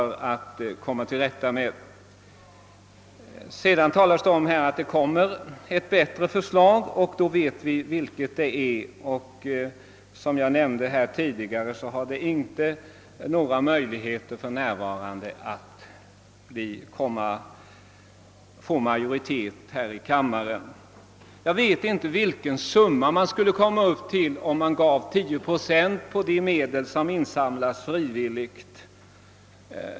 I det särskilda yttrandet nämns också att ett bättre förslag kommer att framläggas, och vi vet då vilket som åsyftas. Som jag tidigare nämnde har det förslaget inga möjligheter att vinna majoritet här i kammaren. Jag vet inte vilken summa man skulle komma upp i om man anslog 10 procent av de medel som insamlas på frivillig väg.